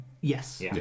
Yes